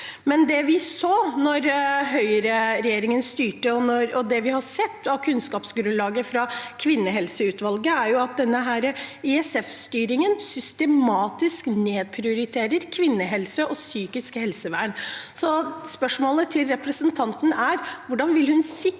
Det vi så da høyreregjeringen styrte, og det vi har sett av kunnskapsgrunnlaget fra kvinnehelseutvalget, er at ISF-styringen systematisk nedprioriterer kvinnehelse og psykisk helsevern. Så spørsmålet til representanten er: Hvordan vil hun sikre